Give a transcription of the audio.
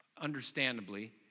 Understandably